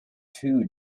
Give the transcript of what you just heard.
too